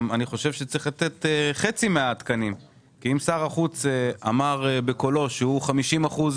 אני חושב שצריך לתת חצי מהתקנים כי אם שר החוץ אמר בקולו הוא 50 אחוזים